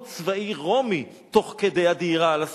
צבאי רומי תוך כדי הדהירה על הסוסים,